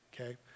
okay